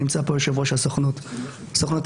נמצא פה יושב-ראש הסוכנות היהודית,